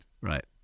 Right